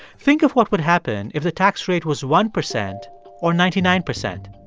think of what would happen if the tax rate was one percent or ninety nine percent.